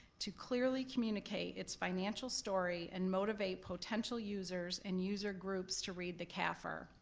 to clearly communicate its financial story, and motivate potential users and user groups to read the cafr,